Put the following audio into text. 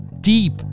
deep